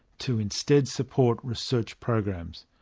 to instead support research programs.